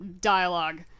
dialogue